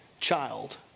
child